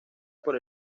por